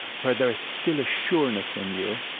where there is still a sureness in you,